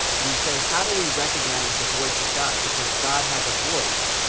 we say how do we recognize the voice of god? because god has a voice,